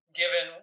given